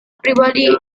pribadi